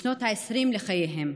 בשנות העשרים לחייהם,